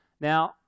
now